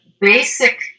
basic